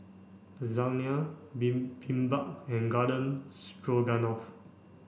Lasagne Bibimbap and Garden Stroganoff